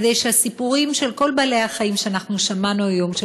כדי שהסיפורים של כל בעלי-החיים ששמענו היום,